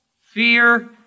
fear